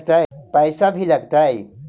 पैसा भी लगतय?